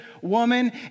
woman